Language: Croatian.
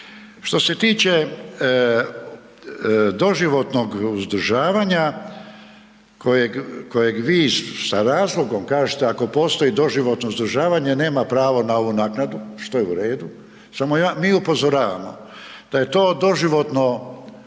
Što se tiče doživotnog uzdržavanja kojeg vi sa razlogom kažete, ako postoji doživotno izdržavanje, nema pravo na ovu naknadu, što je u redu, samo mi upozoravamo, da je to doživotno